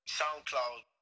soundcloud